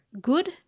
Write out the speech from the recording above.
good